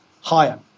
higher